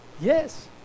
Yes